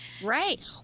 Right